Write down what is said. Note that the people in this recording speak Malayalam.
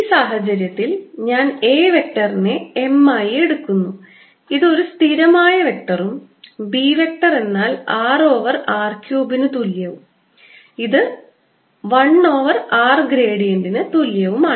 ഈ സാഹചര്യത്തിൽ ഞാൻ A വെക്ടറിനെ m ആയി എടുക്കുന്നു ഇത് ഒരു സ്ഥിരമായ വെക്റ്ററും B വെക്ടർ എന്നാൽ r ഓവർ r ക്യൂബിന് തുല്യവും ഇത് 1 ഓവർ r ഗ്രേഡിയന്റ്ന് തുല്യവുമാണ്